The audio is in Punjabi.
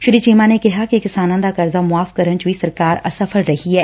ਸ੍ਰੀ ਚੀਮਾ ਨੇ ਕਿਹਾ ਕਿ ਕਿਸਾਨਾਂ ਦਾ ਕਰਜ਼ਾ ਮੁਆਫ਼ ਕਰਨ ਚ ਵੀ ਸਰਕਾਰ ਅਸਫ਼ਲ ਰਹੀ ਐ